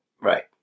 Right